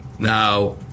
Now